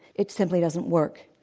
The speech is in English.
it simply doesn't work.